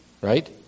right